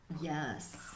yes